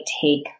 take